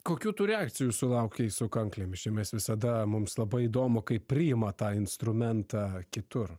kokių tu reakcijų sulaukei su kanklėmis čia mes visada mums labai įdomu kaip priima tą instrumentą kitur